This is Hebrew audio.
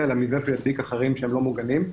אלא מזה שהוא ידביק אחרים שהם לא מוגנים,